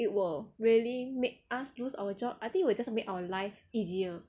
it will really make us lose our job I think will just make our life easier